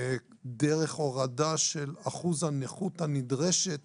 דרך הורדה של אחוז הנכות הנדרשת